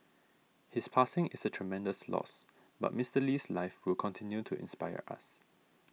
his passing is a tremendous loss but Mister Lee's life will continue to inspire us